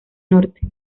norte